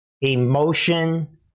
emotion